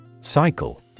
Cycle